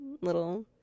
little